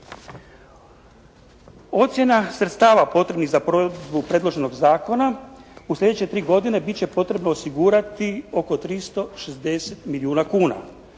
Ocjena sredstava potrebnih za provedbu predloženog zakona u sljedeće tri godine bit će potrebno osigurati oko 360 milijuna kuna,